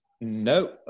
No